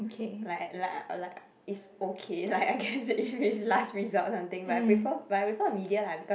like like like it's okay like I guess if it's last resort something but I prefer but I prefer media lah because